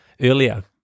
earlier